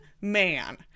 man